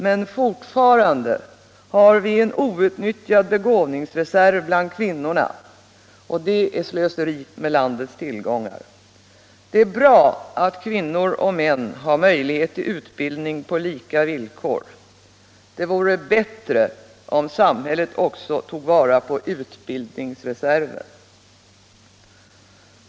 Men fortfarande har vi en outnyttjad begåvningsreserv bland kvinnorna, och det är ctt slöseri med landets tillgångar. Det är bra att kvinnor och män har möjlighet till utbildning på lika villkor. Det vore bättre om samhället också tog vara på utbildningsreserven.